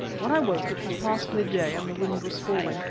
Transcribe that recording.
when i woke it was past midday and the wind was falling.